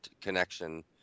connection